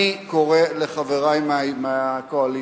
אני קורא לחברי מהקואליציה,